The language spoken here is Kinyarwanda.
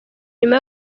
nyuma